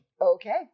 Okay